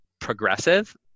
progressive